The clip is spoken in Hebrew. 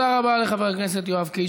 תודה רבה לחבר הכנסת יואב קיש.